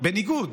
בניגוד